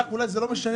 לך אולי זה לא משנה,